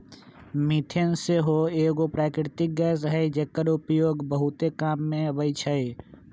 methane सेहो एगो प्राकृतिक गैस हई जेकर उपयोग बहुते काम मे अबइ छइ